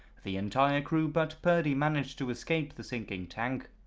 the entire crew but purdy managed to escape the sinking tank.